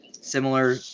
similar